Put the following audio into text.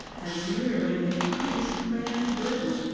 has merely increased man's burden.